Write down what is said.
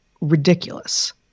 ridiculous